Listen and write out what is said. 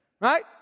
Right